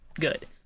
Good